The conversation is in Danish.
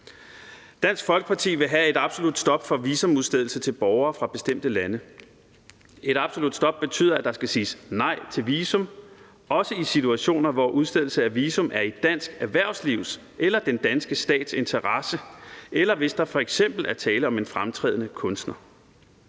Dansk Folkeparti vil have et absolut stop for visumudstedelse til borgere fra bestemte lande. Et absolut stop betyder, at der skal siges nej til visum, også i situationer, hvor udstedelse af visum er i dansk erhvervslivs eller den danske stats interesse, eller hvis der f.eks. er tale om en fremtrædende kunstner.